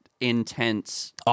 intense